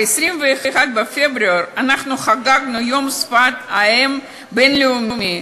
ב-21 בפברואר אנחנו חגגנו יום שפת האם הבין-לאומי.